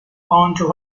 onto